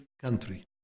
country